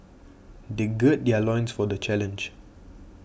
they gird their loins for the challenge